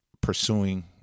pursuing